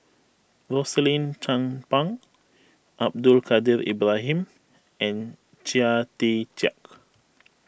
Rosaline Chan Pang Abdul Kadir Ibrahim and Chia Tee Chiak